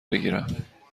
بگیرم